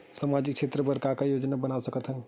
सामाजिक क्षेत्र बर का का योजना बना सकत हन?